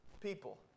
people